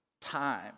time